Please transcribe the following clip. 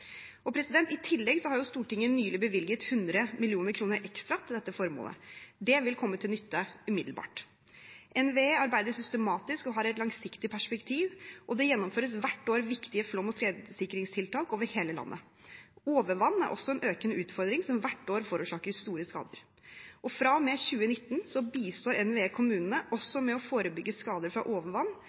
I tillegg har Stortinget nylig bevilget 100 mill. kr ekstra til dette formålet. Det vil komme til nytte umiddelbart. NVE arbeider systematisk og har et langsiktig perspektiv, og det gjennomføres hvert år viktige flom- og skredsikringstiltak over hele landet. Overvann er også en økende utfordring som hvert år forårsaker store skader. Fra og med 2019 bistår NVE kommunene også i å forebygge skader fra overvann,